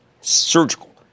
surgical